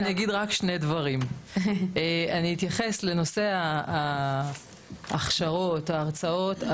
אני אתייחס לנושא ההכשרות וההרצאות.